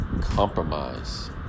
Compromise